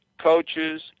coaches